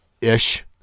ish